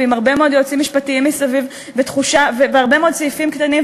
ועם הרבה מאוד יועצים משפטיים מסביב והרבה מאוד סעיפים קטנים,